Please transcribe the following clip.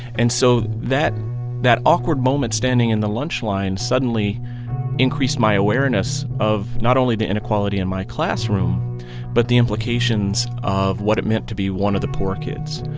and so that that awkward moment standing in the lunch line suddenly increased my awareness of not only the inequality in my classroom but the implications of what it meant to be one of the poor kids.